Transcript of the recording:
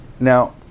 Now